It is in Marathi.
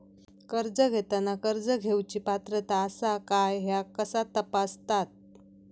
कर्ज घेताना कर्ज घेवची पात्रता आसा काय ह्या कसा तपासतात?